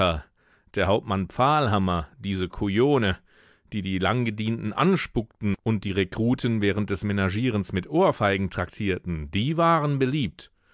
der hauptmann pfahlhammer diese kujone die die langgedienten anspuckten und die rekruten während des menagierens mit ohrfeigen traktierten die waren beliebt